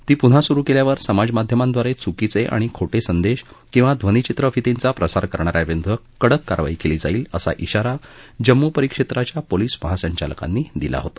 ती पून्हा सुरू केल्यावर समाजमाध्यमांद्वारे चुकीचे आणि खोटे संदेश किंवा ध्वनीचित्रफितींचा प्रसार करणाऱ्यांविरुद्ध कडक कारवाई केली जाईल असा श्राारा जम्मू परीक्षेत्राच्या पोलिस महासंचालकांनी दिला होता